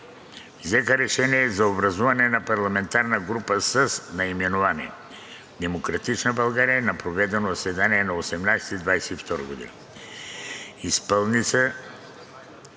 взеха решение за образуване на парламентарна група с наименование „Демократична България“ на проведено заседание на 18 октомври